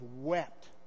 wept